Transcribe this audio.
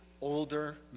Older